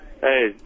Hey